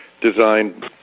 designed